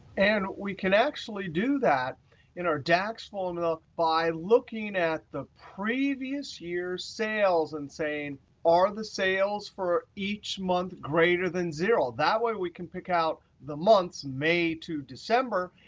and we can actually do that in our dax formula by looking at the previous year's sales and saying are the sales for each month greater than zero? that way we can pick out the months, may to december,